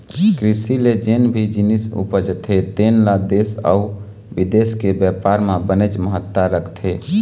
कृषि ले जेन भी जिनिस उपजथे तेन ल देश अउ बिदेश के बेपार म बनेच महत्ता रखथे